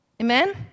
Amen